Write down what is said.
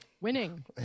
Winning